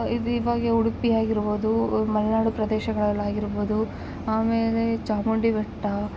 ಈದ್ ಇವಾಗೆ ಉಡುಪಿ ಆಗಿರ್ಬೌದು ಮಲ್ನಾಡು ಪ್ರದೇಶಗಳಲ್ಲಿ ಆಗಿರ್ಬೌದು ಆಮೇಲೆ ಚಾಮುಂಡಿ ಬೆಟ್ಟ